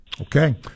Okay